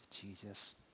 Jesus